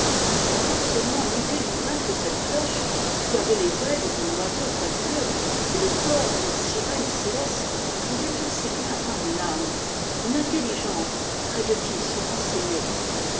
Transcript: alors seulement l'idée lui vint que cette cloche qui avait les ailes d'un oiseau fabuleux et le corps d'une sirène céleste pouvait aussi bien avoir une âme une intel ligence près de qui se renseigner